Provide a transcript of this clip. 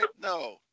no